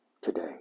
today